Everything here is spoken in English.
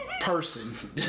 Person